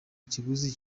ikiguzi